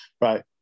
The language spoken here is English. Right